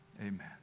amen